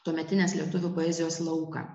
tuometinės lietuvių poezijos lauką